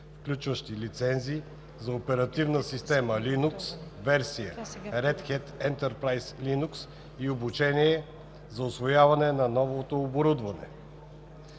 включващи лицензи за операционна система „Linux“, версия Red Hat Enterprise Linux (RHEL) и обучение за усвояване на новото оборудване“,